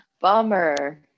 Bummer